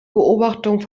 beobachtungen